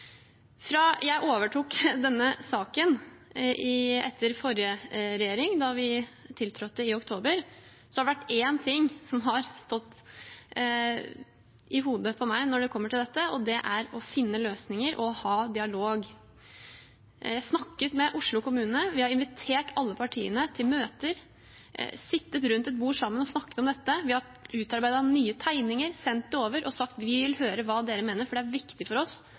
Fra jeg overtok denne saken etter forrige regjering, da vi tiltrådte i oktober, har det vært én ting som har stått i hodet på meg når det gjelder dette, og det er å finne løsninger og ha dialog. Jeg har snakket med Oslo kommune, vi har invitert alle partiene til møter, har sittet rundt et bord sammen og snakket om dette, vi har utarbeidet nye tegninger, sendt over og sagt: Vi vil høre hva dere mener, for det er viktig for oss